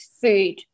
food